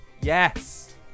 yes